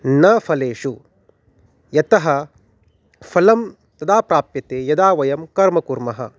न फलेषु यतः फलं तदा प्राप्यते यदा वयं कर्मं कुर्मः